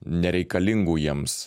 nereikalingų jiems